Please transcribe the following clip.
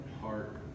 heart